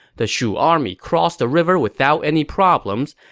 the shu army crossed the river without any problems,